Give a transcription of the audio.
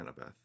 Annabeth